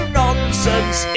nonsense